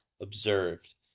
observed